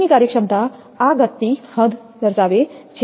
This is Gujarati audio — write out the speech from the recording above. તેથી સ્ટ્રિંગની કાર્યક્ષમતા આ ઘટની હદ દર્શાવે છે